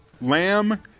lamb